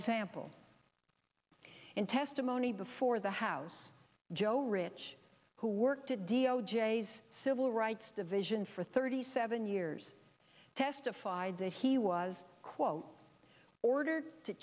example in testimony before the house joe rich who worked at d o j as civil rights division for thirty seven years testified that he was quote ordered to